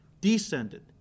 descended